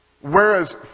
Whereas